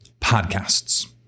podcasts